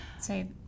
say